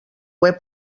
web